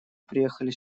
приехали